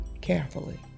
carefully